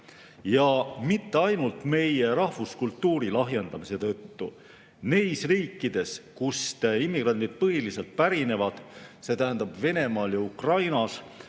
seda mitte ainult meie rahvuskultuuri lahjendamise tõttu. Neis riikides, kust immigrandid põhiliselt pärinevad – see tähendab Venemaal ja Ukrainas